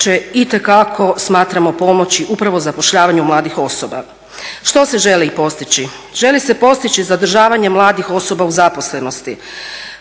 itekako smatramo pomoći upravo zapošljavanju mladih osoba. Što se želi postići? Želi se postići zadržavanje mladih osoba u zaposlenosti,